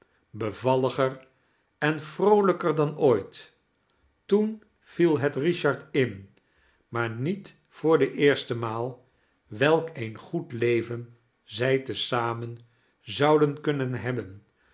bevalliger en vroolijker dan ooit toen viel het richard in maar niet voor de eerste maal welk een goed leven zij te zamen zouden kunnen hebben